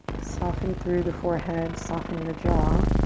soften through the forehead, soften your jaw.